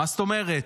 מה זאת אומרת?